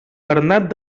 bernat